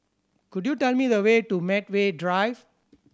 could you tell me the way to Medway Drive